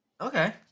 okay